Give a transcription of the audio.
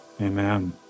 Amen